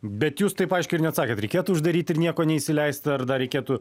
bet jūs taip aiškiai ir neatsakėt reikėtų uždaryt ir nieko neįsileist ar dar reikėtų